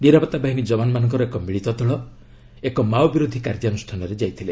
ନିରାପତ୍ତା ବାହିନୀ ଯବାନମାନଙ୍କର ଏକ ମିଳିତ ଦଳ ଏକ ମାଓ ବିରୋଧୀ କାର୍ଯ୍ୟାନୁଷ୍ଠାନରେ ଯାଇଥିଲେ